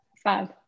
five